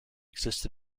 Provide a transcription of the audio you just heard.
exist